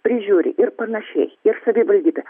prižiūri ir panašiai ir savivaldybė